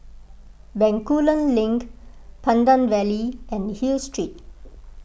Bencoolen Link Pandan Valley and Hill Street